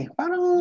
parang